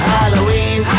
Halloween